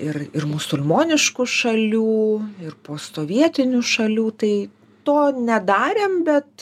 ir ir musulmoniškų šalių ir postsovietinių šalių tai to nedarėm bet